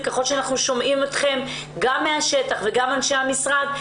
ככל שאנחנו שומעים אתכם מהשטח ואת אנשי המשרד,